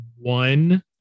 one